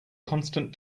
constant